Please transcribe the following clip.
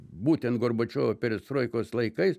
būtent gorbačiovo perestroikos laikais